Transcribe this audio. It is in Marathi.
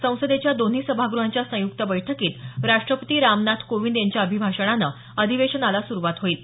संसदेच्या दोन्ही सभागृहांच्या संयुक्त बैठकीत राष्टपती रामनाथ कोविंद यांच्या अभिभाषणानं अधिवेशनाला सुरुवात होईल